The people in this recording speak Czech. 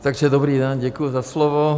Takže dobrý den, děkuji za slovo.